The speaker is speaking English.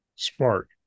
Smart